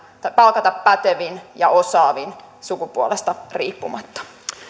palkata pätevin ja osaavin sukupuolesta riippumatta